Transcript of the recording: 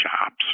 shops